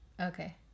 okay